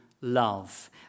love